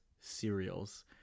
cereals